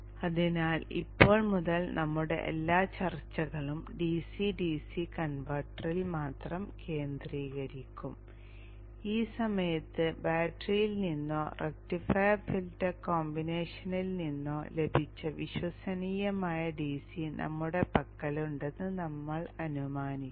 അതിനാൽ ഇപ്പോൾ മുതൽ നമ്മുടെ എല്ലാ ചർച്ചകളും ഡിസി ഡിസി കൺവെർട്ടറിൽ മാത്രം കേന്ദ്രീകരിക്കും ഈ സമയത്ത് ബാറ്ററിയിൽ നിന്നോ റക്റ്റിഫയർ ഫിൽട്ടർ കോമ്പിനേഷനിൽ നിന്നോ ലഭിച്ച വിശ്വസനീയമായ ഡിസി നമ്മുടെ പക്കലുണ്ടെന്ന് നമ്മൾ അനുമാനിക്കുന്നു